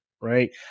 Right